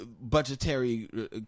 budgetary